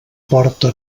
porta